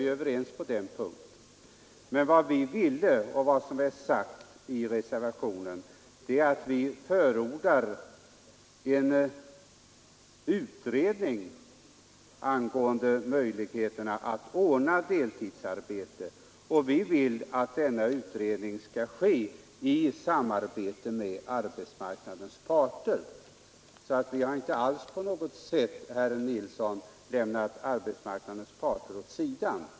Vi förordar, vilket framgår av reservationen, en utredning om möjligheterna att ordna deltidsarbete, och vi vill att denna utredning sker i samarbete med arbetsmarknadens parter. Vi har inte på något sätt, herr Nilsson i Östersund, lämnat arbetsmarknadens parter åt sidan.